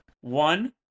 One